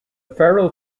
feral